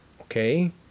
Okay